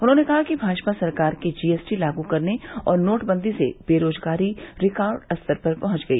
उन्होंने कहा कि भाजपा सरकार के जीएसटी लागू करने और नोटबंदी से बेरोजगारी रिकॉर्ड स्तर पर पहुंच गई